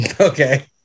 Okay